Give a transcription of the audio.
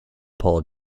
paul